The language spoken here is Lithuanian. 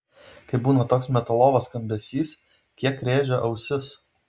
kai būna toks metalovas skambesys kiek rėžia ausis